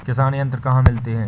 किसान यंत्र कहाँ मिलते हैं?